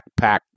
backpack